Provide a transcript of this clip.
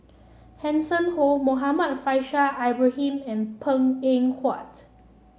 Hanson Ho Muhammad Faishal Ibrahim and Png Eng Huat